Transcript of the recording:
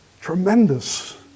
tremendous